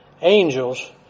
angels